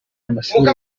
amashuri